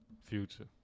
Future